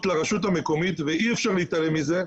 לרשות המקומית ואי אפשר להתעלם מזה,